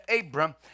Abram